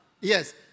yes